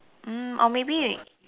mm or maybe we